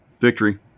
victory